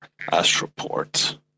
Astroport